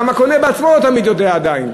גם הקונה בעצמו לא תמיד יודע עדיין.